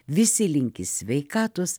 visi linki sveikatos